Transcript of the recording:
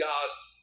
God's